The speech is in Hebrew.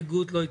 לא התקבל.